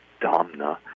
Domna